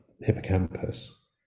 hippocampus